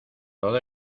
todo